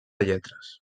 lletres